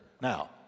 now